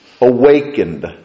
awakened